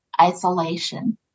isolation